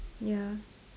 ya